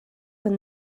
when